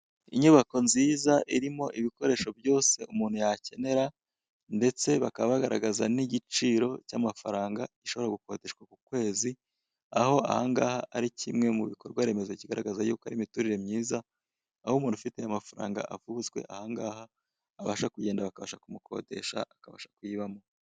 Inyubako nziza irimo ibikoresho byose umuntu yakenera ndetse bakaba bagaragaza n'igiciro cy'amafaranga ishobora gukodeshwa ku kwezi, aho aha ngaha ari kimwe mu bikorwaremezo kigaragaza yuko ari imiturire myiza, aho umuntu ufite aya mafaranga avuzwe aha ngaha, abasha kugenda bakabasha kumukodesha, akabasha kuyibamo.